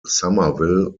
somerville